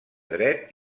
dret